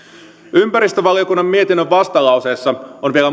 ympäristövaliokunnan mietinnön vastalauseessa on vielä